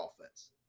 offense